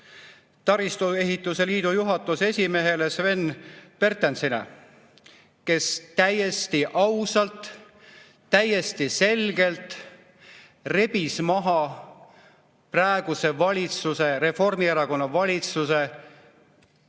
taristuehituse liidu juhatuse esimehele Sven Pertensile, kes täiesti ausalt, täiesti selgelt rebis maha praeguse valitsuse, Reformierakonna valitsuse